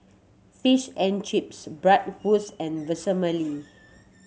Fish and Chips Bratwurst and Vermicelli